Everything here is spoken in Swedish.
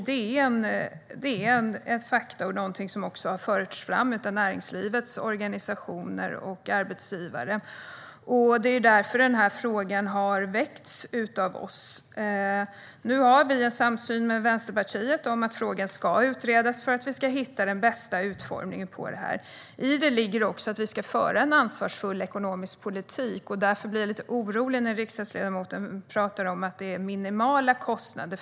Det är fakta, och det är någonting som också har förts fram av näringslivets organisationer och arbetsgivare. Det är därför frågan har väckts av oss. Vi har en samsyn med Vänsterpartiet om att frågan ska utredas för att vi ska hitta den bästa utformningen. I detta ligger också att vi ska föra en ansvarsfull ekonomisk politik, och därför blir jag lite orolig när riksdagsledamoten talar om att det är minimala kostnader.